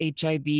HIV